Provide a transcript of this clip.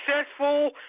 successful